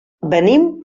venim